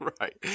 Right